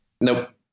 Nope